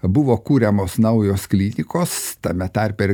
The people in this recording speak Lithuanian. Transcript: buvo kuriamos naujos klinikos tame tarpe ir